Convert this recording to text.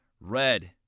Red